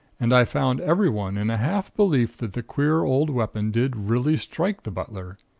and i found everyone in a half belief that the queer old weapon did really strike the butler,